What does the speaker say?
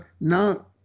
now